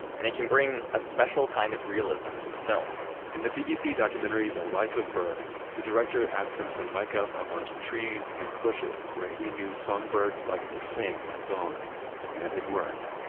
and it can bring a special kind of realism to the film in the bbc documentary, the life of birds, the director asked him to mic up a bunch of trees and bushes where he knew songbirds liked to sing at dawn and it worked.